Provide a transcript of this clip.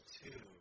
two